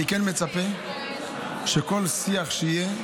אני כן מצפה שכל שיח שיהיה,